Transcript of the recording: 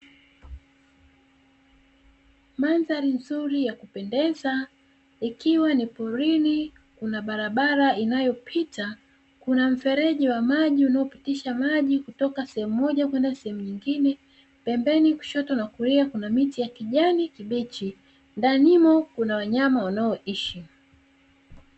Mandhari nzuri ya kupendeza ikiwa ni porini, kuna barabara inayopita, kuna mfereji wa maji unaopitisha maji kutoka sehemu moja kwenda sehemu nyingine. Pembeni kushoto na kulia kuna miti ya kijani kibichi, ndanimo kuna wanyama wanaoishi.